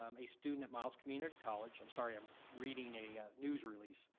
um a student at miles community college, i'm sorry, i'm reading a news release,